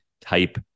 type